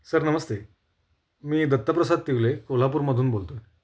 sir नमस्ते मी दत्तप्रसाद तिवले कोल्हापूरमधून बोलतो आहे